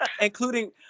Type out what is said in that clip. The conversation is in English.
including